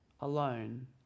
alone